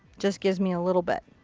just gives me a little bit.